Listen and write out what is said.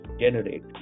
generate